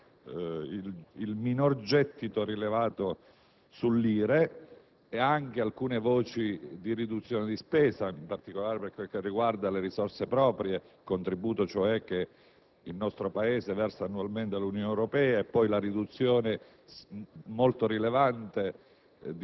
alla correttezza e all'esaustività di informazioni riguardanti il minor gettito rilevato sull'IRE e anche alcune voci di riduzione di spesa, in particolare per quanto riguarda le risorse proprie, il contributo cioè che